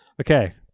okay